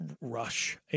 rush